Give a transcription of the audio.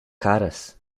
caras